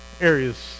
areas